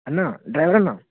అన్న డ్రైవర్ అన్న